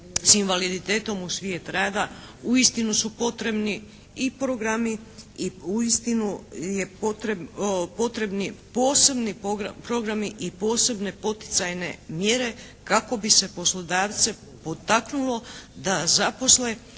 s invaliditetom u svijet rada uistinu su potrebni i programi i uistinu potrebni posebni programi i posebne poticajne mjere kako bi se poslodavce potaknulo da zaposle